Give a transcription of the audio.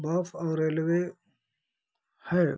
बस और रेलवे है